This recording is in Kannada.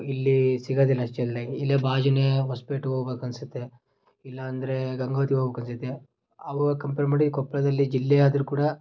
ಇಲ್ಲಿ ಸಿಗೋದಿಲ್ಲ ಆ್ಯಕ್ಚುವಲ್ಲಾಗಿ ಇಲ್ಲೇ ಬಾಜುನೇ ಹೊಸ್ಪೇಟುಗ್ ಹೋಗ್ಬೇಕನ್ಸುತ್ತೆ ಇಲ್ಲಾಂದರೆ ಗಂಗೋತ್ರಿಗೆ ಹೋಗ್ಬೇಕನ್ಸುತ್ತೆ ಅವಾಗ ಕಂಪೇರ್ ಮಾಡಿ ಕೊಪ್ಪಳದಲ್ಲಿ ಜಿಲ್ಲೆ ಆದರೂ ಕೂಡ